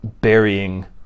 burying